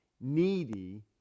needy